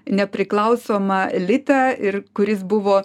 nepriklausomą litą ir kuris buvo